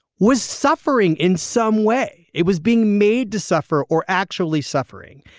was suffering in some way it was being made to suffer or actually suffering.